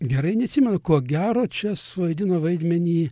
gerai neatsimenu ko gero čia suvaidino vaidmenį